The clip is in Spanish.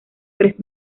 tres